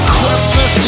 Christmas